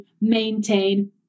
maintain